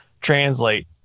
translate